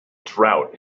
drought